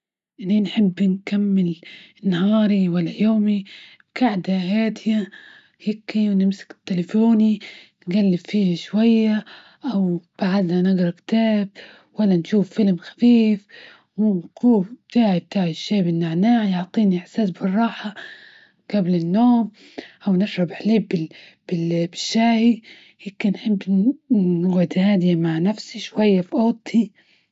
إني نحب نكمل نهاري ولا يومي بجاعدة هادية هيكي، ونمسك تليفوني، نجلب فيه شوية وبعدها نقرأ كتاب، ولا نشوف فيلم خفيف، تع شاي بالنعناع يعطيني إحساس بالراحة جبل النوم، أو نشرب حليب بالشاي هكي، نحب نقعد مع نفسي شوية في اوضتي.